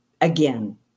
again